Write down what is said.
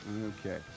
Okay